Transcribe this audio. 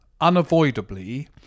unavoidably